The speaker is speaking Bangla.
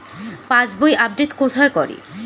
পাসবই আপডেট কোথায় করে?